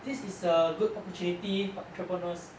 this is a good opportunity for entrepreneurs